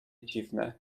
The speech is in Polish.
dziwne